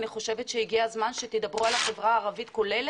אני חושבת שהגיע הזמן שתדברו על החברה הערבית באופן כולל.